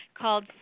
called